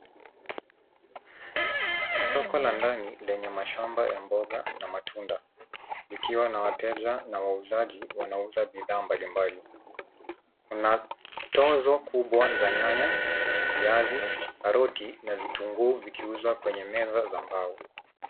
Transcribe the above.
Soko la ndani lenye mashamba ya mboga na matunda likiwa na wateja na wauzaji wanaouza bidhaa mbalimbali kuna tozo kubwa za nyanya, viazi, karoti na vutunguu vikiuzwa kwenye meza za mbao.